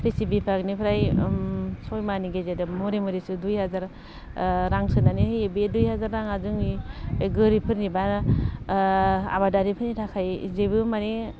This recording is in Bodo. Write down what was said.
क्रिसि बिफारनिफ्राय चय मानि गेजेरजों मुरि मुरिजों दुइ हाजार रां सोनानै होयो बे दुइ हाजार राङा जोंनि गोरिबफोरनि बा आबादारिफोरनि थाखाय जेबो माने